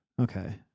Okay